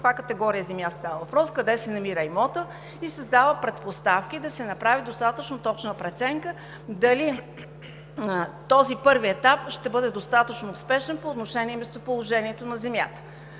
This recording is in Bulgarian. каква категория земя става въпрос, къде се намира имотът и създава предпоставки да се направи достатъчно точна преценка дали този първи етап ще бъде достатъчно спешен по отношение местоположението на земята.